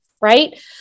right